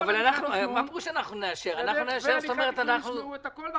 עד שהליכי התכנון ישמעו את הכול,